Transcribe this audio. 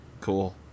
cool